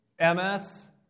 MS